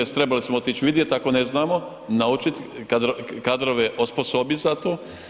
Trebali smo otići vidjet ako ne znamo, naučiti, kadrove osposobit za to.